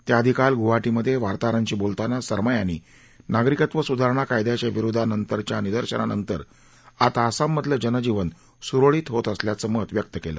त्याआधी काल गुवाहाटीमधे वार्ताहरांशी बोलताना सरमा यांनी नागरिकत्व सुधारणा कायद्याच्या विरोधातल्या निदर्शनानंतर आता आसाममधलं जनजीवन सुरळीत होत असल्याचं मत व्यक्त केलं